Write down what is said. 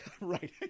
right